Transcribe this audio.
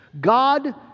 God